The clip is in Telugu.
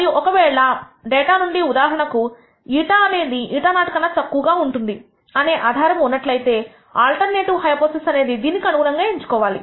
ఒకవేళ డేటా నుండి ఉదాహరణకు η అనేది η0 కన్నా తక్కువ ఉంటుంది అనే ఆధారము ఉన్నట్లయితే ఆల్టర్నేటివ్ హైపోథిసిస్అనేది దీనికి అనుగుణంగా ఎంచుకోవాలి